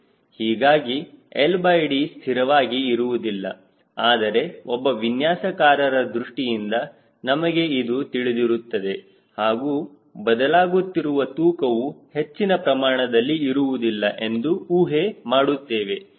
ಹೀಗಾಗಿ LD ಸ್ಥಿರವಾಗಿ ಇರುವುದಿಲ್ಲ ಆದರೆ ಒಬ್ಬ ವಿನ್ಯಾಸಕಾರರ ದೃಷ್ಟಿಯಿಂದ ನಮಗೆ ಇದು ತಿಳಿದಿರುತ್ತದೆ ಹಾಗೂ ಬದಲಾಗುತ್ತಿರುವ ತೂಕವು ಹೆಚ್ಚಿನ ಪ್ರಮಾಣದಲ್ಲಿ ಇರುವುದಿಲ್ಲ ಎಂದು ಊಹೆ ಮಾಡುತ್ತೇವೆ